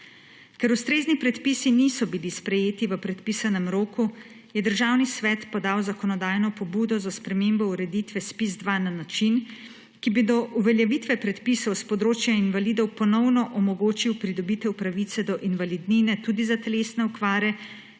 Ker ustrezni predpisi niso bili sprejeti v predpisanem roku, je Državni svet podal zakonodajno pobudo za spremembo ureditve ZPIZ-2 na način, ki bi do uveljavitve predpisov s področja invalidov ponovno omogočil pridobitev pravice do invalidnine tudi za telesne okvare,